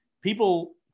people